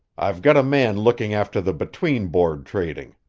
i've got a man looking after the between-board trading.